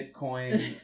bitcoin